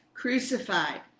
crucified